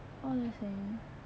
what was I saying